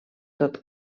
tot